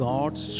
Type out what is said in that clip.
God's